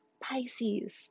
Pisces